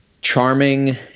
charming